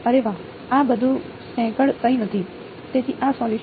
અરે વાહ આ બધું સેકંડ કંઈ નથી તેથી આ સોલ્યુસન છે